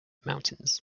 mountains